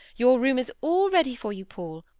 your room is all ready for you, paul,